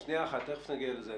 תיכף נגיע לזה.